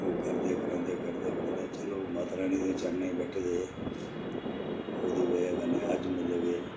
ओह् करदे करांदे करदे करांदे चलो माता रानी दे चरणें च बैठे दे हे ओह्दी बजह कन्नै अज्ज मतलब के